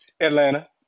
Atlanta